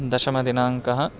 दशमदिनाङ्कः